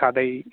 கதை